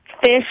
fish